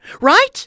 Right